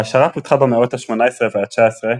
ההשערה פותחה במאות ה-18 וה-19,